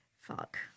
Fuck